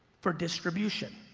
for distribution.